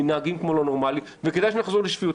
מתנהגים כמו לא נורמליים וכדאי שנחזור לשפיות.